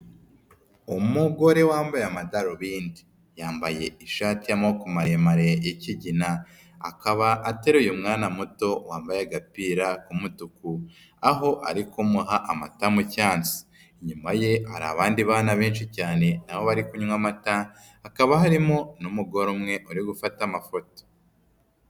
Umugore wambaye amadarubindi. Yambaye ishati y'amaboko maremare y'ikigina. Akaba ateruye umwana muto wambaye agapira k'umutuku, aho ari kumuha amata mu cyansi. Inyuma ye hari abandi bana benshi cyane na bo bari kunywa amata, hakaba harimo n'umugore umwe uri gufata amafoto.